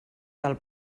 del